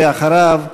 ואחריו,